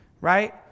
right